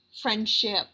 friendship